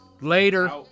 later